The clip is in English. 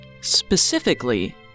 Specifically